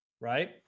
right